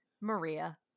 Maria